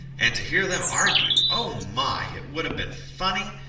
and to hear them argue oh, my! it would have been funny,